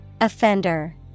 Offender